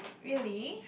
really